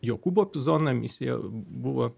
jokūbo pizono misija buvo